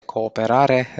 cooperare